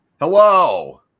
Hello